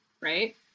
right